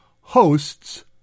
hosts